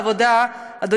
העבודה והבריאות,